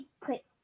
quick